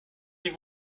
die